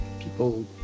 people